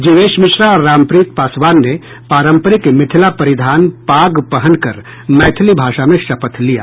जीवेश मिश्रा और रामप्रीत पासवान ने पारंपरिक मिथिला परिधान पाग पहनकर मैथिली भाषा में लिया